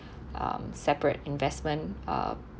um separate investment uh